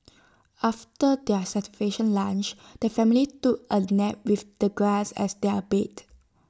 after their satisfaction lunch the family took A nap with the grass as their bed